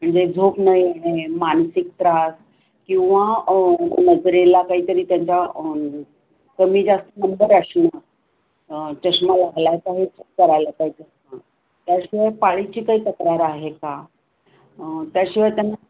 म्हणजे झोप न येणे मानसिक त्रास किंवा नजरेला काहीतरी त्यांच्या कमी जास्त नंबर असणं चष्मा लागला आहे का हे करायला पाहिजे हां त्याशिवाय पाळीची काही तक्रार आहे का त्याशिवाय त्यांना